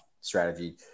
strategy